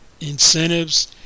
incentives